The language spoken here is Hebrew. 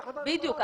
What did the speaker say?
בדיוק.